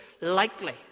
likely